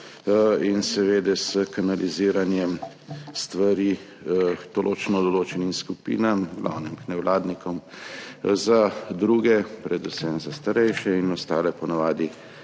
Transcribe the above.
in seveda s kanaliziranjem stvari določenim skupinam, v glavnem nevladnikom, za druge, predvsem za starejše in ostale, po navadi